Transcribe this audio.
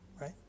right